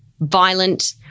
violent